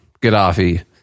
Gaddafi